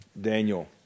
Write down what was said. Daniel